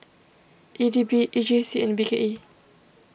E D B E J C and B K E